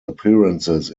appearances